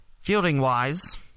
fielding-wise